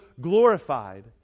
glorified